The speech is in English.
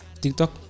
TikTok